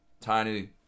tiny